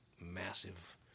massive